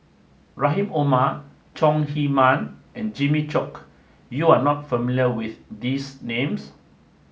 Rahim Omar Chong Heman and Jimmy Chok You are not familiar with these names